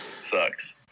Sucks